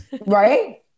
right